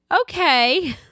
Okay